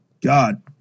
God